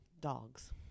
Dogs